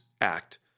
act